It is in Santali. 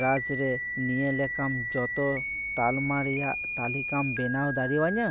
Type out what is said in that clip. ᱨᱟᱡᱽ ᱨᱮ ᱱᱤᱭᱟᱹ ᱞᱮᱠᱟᱢ ᱡᱚᱛᱚ ᱛᱟᱞᱢᱟ ᱨᱮᱭᱟᱜ ᱛᱟᱹᱞᱤᱠᱟᱢ ᱵᱮᱱᱟᱣ ᱫᱟᱲᱮᱭᱟᱹᱧᱟᱹ